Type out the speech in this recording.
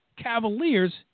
Cavaliers